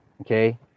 Okay